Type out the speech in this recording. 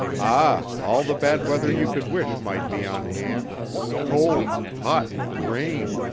ah! all the bad weather you could wish might be on hand cold, hot, rain,